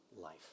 life